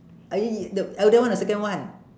ah i~ the elder one or second one